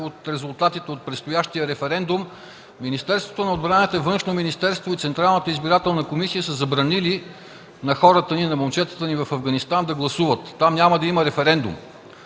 от резултатите от предстоящия референдум Министерството на отбраната, Външното министерство и Централната избирателна комисия са забранили на хората ни, на момчетата ни в Афганистан да гласуват. Там няма да има референдум.